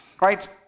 right